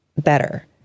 better